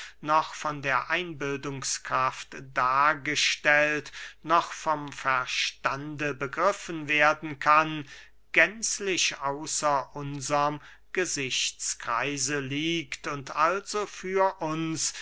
noch von der einbildungskraft dargestellt noch vom verstande begriffen werden kann gänzlich außer unserm gesichtskreise liegt und also für uns